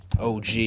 OG